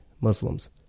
Muslims